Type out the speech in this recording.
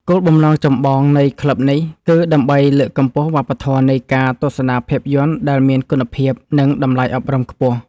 គោលបំណងចម្បងនៃក្លឹបនេះ គឺដើម្បីលើកកម្ពស់វប្បធម៌នៃការទស្សនាភាពយន្តដែលមានគុណភាព និងតម្លៃអប់រំខ្ពស់។